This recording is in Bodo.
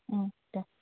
ओम दे